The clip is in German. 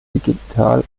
digital